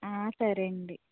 ఆ సరేనండి